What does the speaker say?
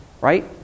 right